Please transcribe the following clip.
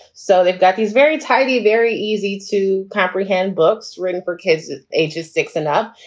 so they've got these very tidy, very easy to comprehend books written for kids ages six and up.